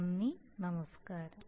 നന്ദി നമസ്കാരം